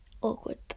awkward